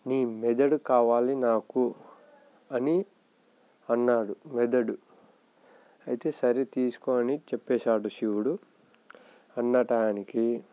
నీ మెదడు కావాలి నాకు అని అన్నాడు మెదడు అయితే సరే తీసుకో అని చెప్పేసాడు శివుడు అన్న టైంకి